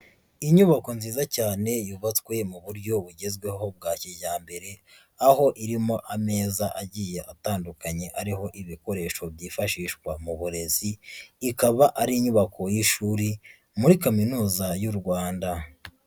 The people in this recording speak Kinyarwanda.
Inyubako nziza cyane yubatswe mu buryo bugezweho bwa kijyambere, aho irimo ameza agiye atandukanye ariho ibikoresho byifashishwa mu burezi, ikaba ari inyubako y'ishuri muri Kaminuza y'u Rwanda.